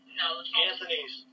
Anthony's